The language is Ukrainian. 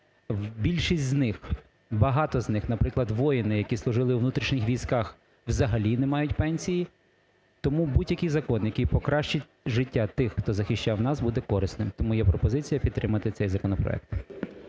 більшість з них, багато з них, наприклад, воїни, які служили у внутрішніх військах взагалі не мають пенсії. Тому будь-який закон, який покращить життя тих, хто захищав нас буде корисним. Тому є пропозиція підтримати цей законопроект.